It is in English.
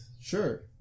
Sure